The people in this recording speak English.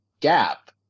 Gap